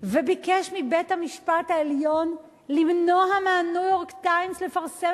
וביקש מבית-המשפט העליון למנוע מה"ניו-יורק טיימס" לפרסם